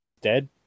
dead